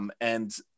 And-